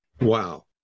wow